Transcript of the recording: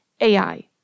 Ai